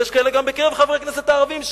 יש כאלה גם בקרב חברי הכנסת הערבים,